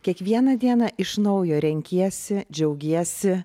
kiekvieną dieną iš naujo renkiesi džiaugiesi